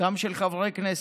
גם של חברי כנסת.